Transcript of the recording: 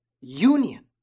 union